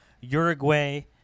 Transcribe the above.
Uruguay